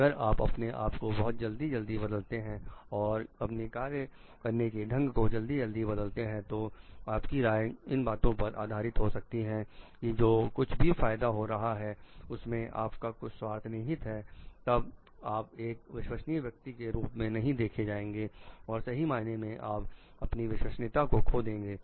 अगर आप अपने आप को बहुत जल्दी जल्दी बदलते हैं और अपने कार्य करने के ढंग को जल्दी जल्दी बदलते हैं तो आपकी राय इन बातों पर आधारित हो सकती हैं कि जो कुछ भी फायदा हो रहा है उसमें आपका कुछ स्वार्थ निहित है तब आप एक विश्वसनीय व्यक्ति के रूप में नहीं देखे जाएंगे और सही मायने में आप अपनी विश्वसनीयता को खो देंगे